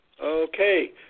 Okay